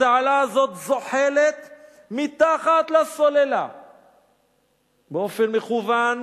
התעלה הזאת זוחלת מתחת לסוללה באופן מכוון,